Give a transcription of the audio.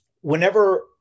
whenever